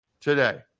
Today